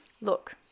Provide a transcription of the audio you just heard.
look